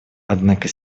однако